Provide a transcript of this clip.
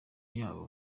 yabo